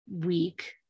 week